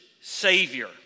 savior